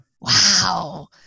wow